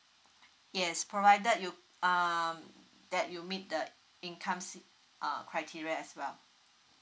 yes provided you um that you meet the income's uh criteria as well